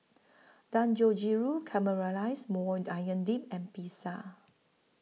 Dangojiru Caramelized Maui Onion Dip and Pizza